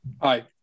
Hi